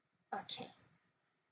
okay